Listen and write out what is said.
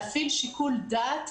להפעיל שיקול דעת,